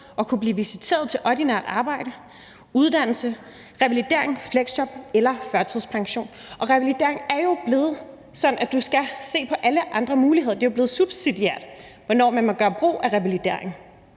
at kunne blive visiteret til ordinært arbejde, uddannelse, revalidering, fleksjob eller førtidspension. Og med hensyn til revalidering er det jo blevet sådan, at du skal se på alle andre muligheder – det er jo blevet subsidiært, hvornår man må gøre brug af revalidering.